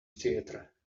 theater